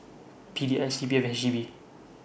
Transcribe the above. P D I C P F H E B